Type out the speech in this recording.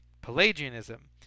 Pelagianism